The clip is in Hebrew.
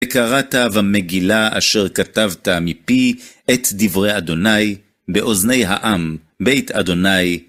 קראת במגילה אשר כתבת מפי את דברי אדוני באוזני העם, בית אדוני.